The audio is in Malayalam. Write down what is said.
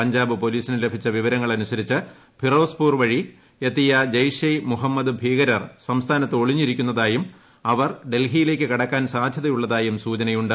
പഞ്ചാബ് പൊലീസിന് ലഭിച്ച വിവരങ്ങൾ അനുസരിച്ച് ഫിറോസ്പൂർ വഴി എത്തിയ ജെയ്ഷെ ഇ മൊഹമ്മദ് മൊഹ്മദ് മൊഹ്മദ് മൊഹ്മദ്യാനത്ത് ഒളിഞ്ഞിരിക്കുന്നതായും അവർ ഡൽഹിയിലേയ്ക്ക് കടക്കാൻ സാധ്യതയുള്ളതായും സൂചനയുണ്ട്